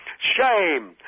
shame